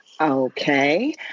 Okay